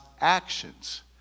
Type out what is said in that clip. actions